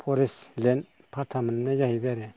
फरेस्टट land फाथा मोननाय जाहैबाय आरो